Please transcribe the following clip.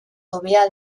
hobea